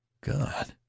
God